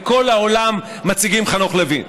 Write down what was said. בכל העולם מציגים חנוך לוין,